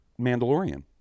Mandalorian